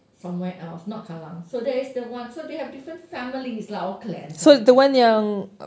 somewhere else not kallang so that is the one so they have different families lah all clans